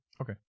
Okay